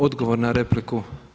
Odgovor na repliku.